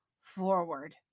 forward